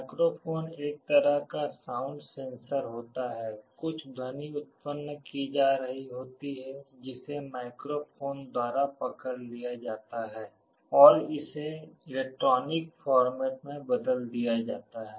microphone एक तरह का साउंड सेंसर होता है कुछ ध्वनि उत्पन्न की जा रही होती है जिसे माइक्रोफोन द्वारा पकड़ लिया जाता है और इसे इलेक्ट्रॉनिक फॉर्मेट में बदल दिया जाता है